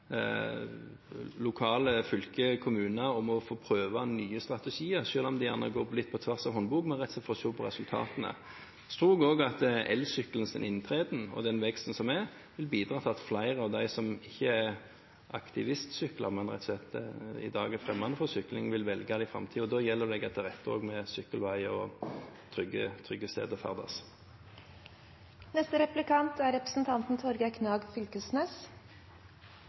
lokale myndigheter, fylker og kommuner å få prøve ut nye strategier, selv om det gjerne går litt på tvers av håndboken, rett og slett for å se på resultatene. Så tror jeg også at elsykkelens inntreden og den veksten som er, vil bidra til at flere av dem som ikke er aktive syklister, men i dag rett og slett er fremmede for sykling, vil velge dette i framtiden, og da gjelder det å legge til rette med sykkelveier og trygge steder å ferdes. Samferdselsministeren er